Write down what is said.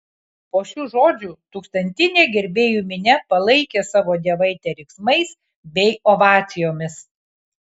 po šių žodžių tūkstantinė gerbėjų minia palaikė savo dievaitę riksmais bei ovacijomis